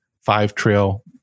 five-trail